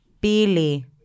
Billy